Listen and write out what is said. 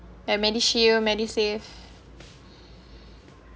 and MediShield MediSave